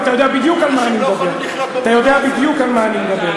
ואתה יודע בדיוק על מה אני מדבר.